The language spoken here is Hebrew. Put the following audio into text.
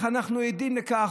אנחנו עדים לכך,